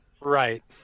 Right